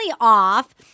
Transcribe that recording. off